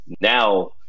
Now